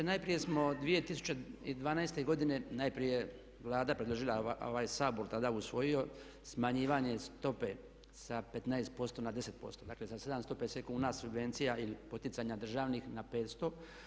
Najprije smo 2012. godine, najprije je Vlada predložila, a ovaj Sabor tada usvojio smanjivanje stope sa 15% na 10%, dakle za 750 kuna subvencija ili poticanja državnih na 500.